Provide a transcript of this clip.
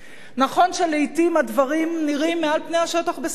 נכון שלעתים הדברים נראים מעל פני השטח בסדר.